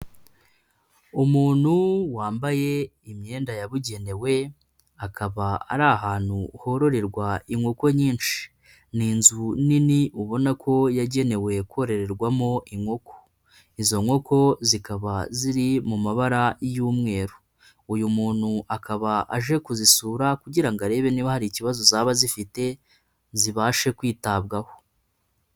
Umuntu wambaye imyenda yabugenewe, akaba ari ahantu hororerwa inkoko nyinshi. Ni inzu nini ubona ko yagenewe kororerwamo inkoko. Izo nkoko zikaba ziri mu mabara y'umweru. U yu muntu akaba aje kuzisura kugira arebe niba hari ikibazo zaba zifite zibashe kwitabwaho.